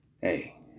hey